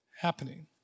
happening